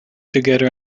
together